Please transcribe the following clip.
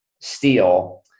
Steel